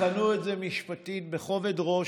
תבחנו את זה משפטית בכובד ראש.